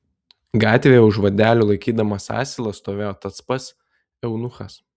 gatvėje už vadelių laikydamas asilą stovėjo tas pats eunuchas